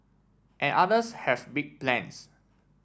and others has big plans